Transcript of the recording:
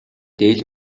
дээл